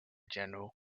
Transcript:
general